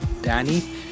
Danny